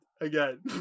again